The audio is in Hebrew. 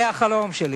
החלום שלי.